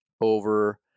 over